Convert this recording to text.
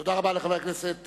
תודה רבה לחבר הכנסת.